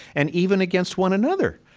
and even against one another?